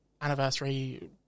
anniversary